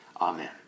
amen